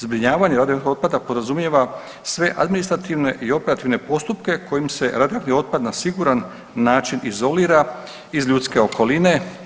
Zbrinjavanje otpada podrazumijeva sve administrativne i operativne postupke kojim se radioaktivni otpad na siguran način izolira iz ljudske okoline.